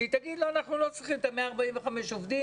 שהיא תגיד לו אנחנו לא צריכים את ה-145 עובדים.